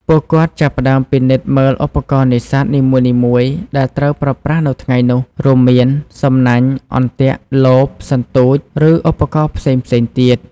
ពួកគាត់ចាប់ផ្តើមពិនិត្យមើលឧបករណ៍នេសាទនីមួយៗដែលត្រូវប្រើប្រាស់នៅថ្ងៃនោះ រួមមាន សំណាញ់ អន្ទាក់ លប សន្ទូច ឬឧបករណ៍ផ្សេងៗទៀត។